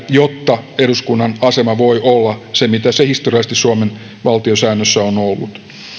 jotta eduskunnan asema voi olla se mitä se historiallisesti suomen valtiosäännössä on ollut